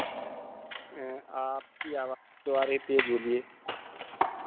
आपकी आवाज स्लो आ रही तेज़ बोलिए